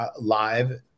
live